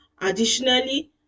Additionally